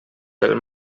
pel